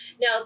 now